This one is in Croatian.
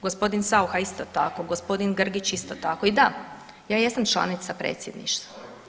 Gospodin Sauha isto tako, gospodin Grgić isto tako i da, ja jesam članica Predsjedništva.